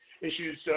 issues